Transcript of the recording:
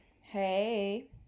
Hey